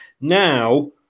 Now